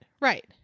Right